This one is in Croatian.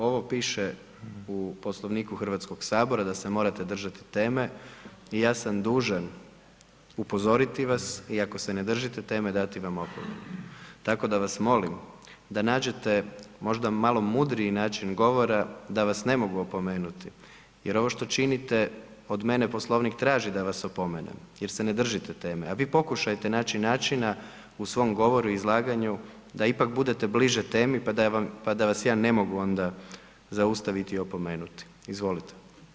Ovo piše u Poslovniku HS-a da se morate držati teme i ja sam dužan upozoriti vas i ako se ne držite teme dati vam opomenu, tako da vas molim da nađete možda malo mudriji način govora da vas ne mogu opomenuti jer ovo što činite od mene, Poslovnik traži da vas opomenem jer se ne držite teme, a vi pokušajte naći načina u svom govoru i izlaganju da ipak budete bliže temi pa da vas ja ne mogu onda zaustaviti ili opomenuti, izvolite.